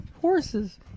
Horses